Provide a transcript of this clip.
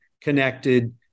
connected